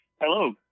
Hello